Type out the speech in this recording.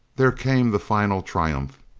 there came the final triumph.